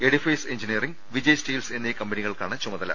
Edifice Engineering Vijay Steels എന്നീ കമ്പനികൾക്കാണ് ചുമതല